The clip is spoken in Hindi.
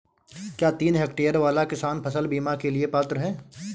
क्या तीन हेक्टेयर वाला किसान फसल बीमा के लिए पात्र हैं?